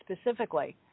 specifically